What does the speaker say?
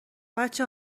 بچه